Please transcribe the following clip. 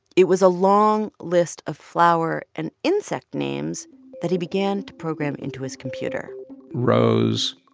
it was a long list of flower and insect names that he began to program into his computer rose,